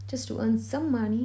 just to earn some money